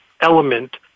element